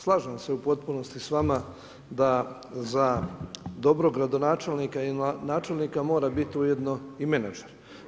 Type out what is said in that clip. Slažem se u potpunosti sa vama da za dobrog gradonačelnika i načelnika mora biti ujedno i menadžer.